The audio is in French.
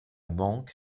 banque